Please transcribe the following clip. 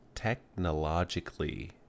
Technologically